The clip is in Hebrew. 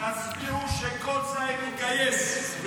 תצביעו שכל צעיר יתגייס.